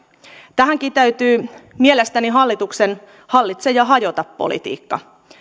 tässäkin täytyy todeta mielestäni hallituksen hallitse ja hajota politiikka